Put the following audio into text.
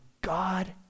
God